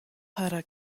para